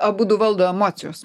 abudu valdo emocijos